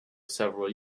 several